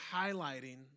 highlighting